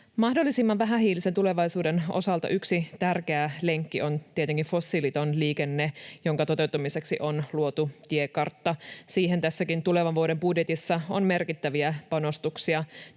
Mahdollisimman vähähiilisen tulevaisuuden osalta yksi tärkeä lenkki on tietenkin fossiiliton liikenne, jonka toteuttamiseksi on luotu tiekartta. Siihen tässäkin tulevan vuoden budjetissa on merkittäviä panostuksia.